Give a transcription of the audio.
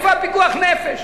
איפה הפיקוח נפש?